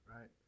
right